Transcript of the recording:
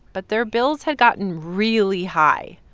but their bills had gotten really high,